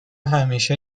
همیشه